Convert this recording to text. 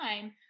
time